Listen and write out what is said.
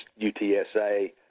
UTSA